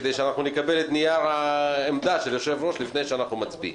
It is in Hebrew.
כדי שאנחנו נקבל את נייר העמדה של היושב-ראש לפני שאנחנו מצביעים.